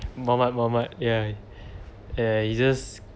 Mohamed Mohamed yeah yeah he's just